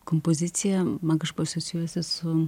kompozicija man kažkuo asocijuojasi su